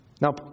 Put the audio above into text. Now